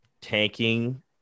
tanking